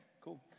cool